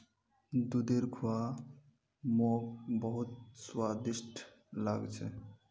दूधेर खुआ मोक बहुत स्वादिष्ट लाग छ